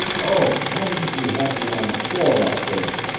oh, why didn't you have me on the floor out there?